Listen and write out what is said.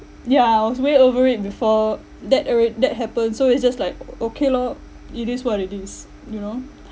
ya I was way over it before that alre~ that happens so it's just like o~ okay lor it is what it is you know